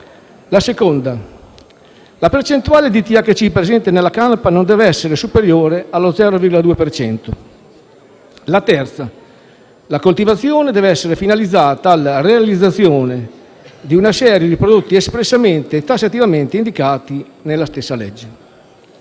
è che la percentuale di THC presente nella canapa non deve essere superiore allo 0,2 per cento. La terza è che la coltivazione deve essere finalizzata alla realizzazione di una serie di prodotti espressamente e tassativamente indicati nella stessa legge.